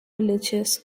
religious